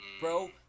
bro